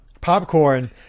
popcorn